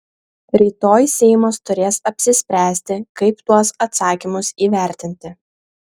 rytoj seimas turės apsispręsti kaip tuos atsakymus įvertinti